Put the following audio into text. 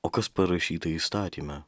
o kas parašyta įstatyme